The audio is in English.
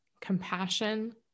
compassion